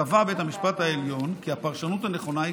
קבע בית המשפט העליון כי הפרשנות הנכונה היא